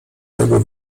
tego